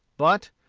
but,